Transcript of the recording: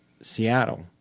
Seattle